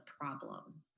problem